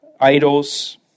idols